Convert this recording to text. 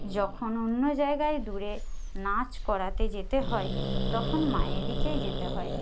যখন অন্য জায়গায় দূরে নাচ করাতে যেতে হয় তখন মায়েদিকেই যেতে হয়